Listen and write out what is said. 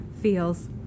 feels